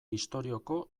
istorioko